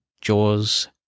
JAWS